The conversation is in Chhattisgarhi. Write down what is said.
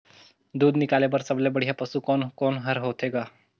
दूध निकाले बर सबले बढ़िया पशु कोन कोन हर होथे ग?